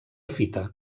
fita